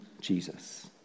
Jesus